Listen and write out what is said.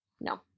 No